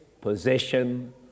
possession